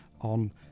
on